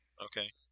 Okay